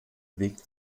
weg